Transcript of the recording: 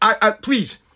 Please